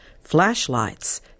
flashlights